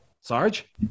Sarge